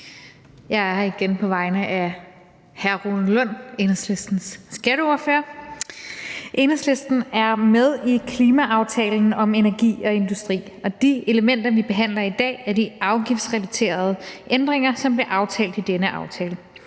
Jeg er her igen på vegne af hr. Rune Lund, Enhedslistens skatteordfører. Enhedslisten er med i klimaaftalen om energi og industri, og de elementer, vi behandler i dag, er de afgiftsrelaterede ændringer, som blev aftalt i denne aftale.